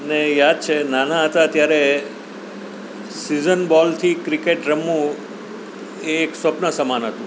મને યાદ છે નાના હતા ત્યારે સિઝન બોલથી ક્રિકેટ રમવું એ એક સ્વપ્ન સમાન હતું